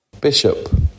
Bishop